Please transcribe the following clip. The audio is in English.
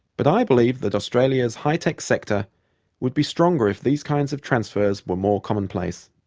but i believe that australia's high-tech sector would be stronger if these kinds of transfers were more commonplace.